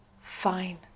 fine